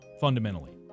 fundamentally